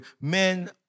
men